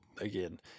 again